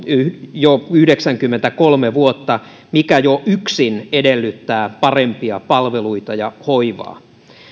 jo yhdeksänkymmentäkolme vuotta mikä jo yksin edellyttää parempia palveluita ja hoivaa